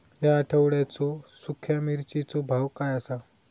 या आठवड्याचो सुख्या मिर्चीचो भाव काय आसा?